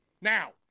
Now